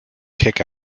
kick